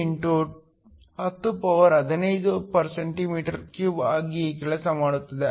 1 x 1015 cm 3 ಆಗಿ ಕೆಲಸ ಮಾಡುತ್ತದೆ